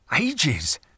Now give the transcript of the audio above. ages